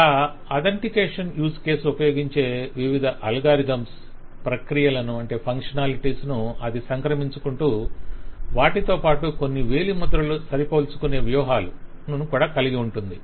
అలా authentication use case ఉపయోగించే వివిధ అల్గోరిథంలను ప్రక్రియలను అది సంక్రమించుకుంటూ వాటితోపాటు కొన్ని వేలిముద్రలు సరిపోల్చుకొనే వ్యూహాలను కూడా కలిగి ఉంటుంది